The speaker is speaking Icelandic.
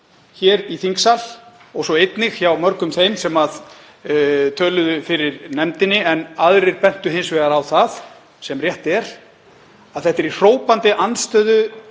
hér í þingsal og einnig hjá mörgum þeim sem töluðu fyrir nefndinni. Aðrir bentu hins vegar á það, sem rétt er, að þetta er í hrópandi andstöðu